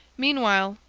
meanwhile,